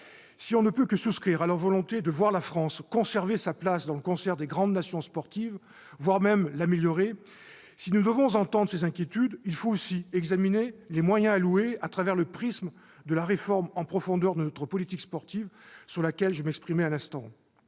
Si nous ne pouvons que souscrire à leur volonté de voir la France conserver sa place dans le concert des grandes nations sportives, voire de l'améliorer, si nous devons entendre ces inquiétudes, il faut aussi examiner les moyens alloués à travers le prisme de la réforme en profondeur de notre politique sportive, sur laquelle je m'exprimais à l'instant.